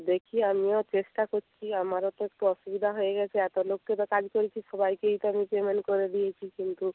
দেখি আমিও চেষ্টা করছি আমারও তো একটু অসুবিধা হয়ে গিয়েছে এত লোককে তো কাজ করিয়েছি সবাইকেই তো আমি পেমেন্ট করে দিয়েছি কিন্তু